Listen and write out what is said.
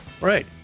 right